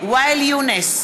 ואאל יונס,